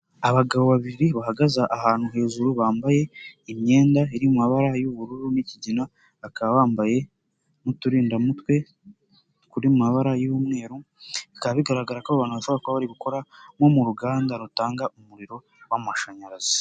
Abagabo babiri bahagaze ahantu hejuru bambaye imyenda iri mu mabara y'ubururu n'ikigina, bakaba bambaye n'uturindamutwe turi mu mabara y'umweru, bikaba bigaragara ko abantu bishoboka ko bari gukora nko mu ruganda rutanganya umuriro w'amashanyarazi.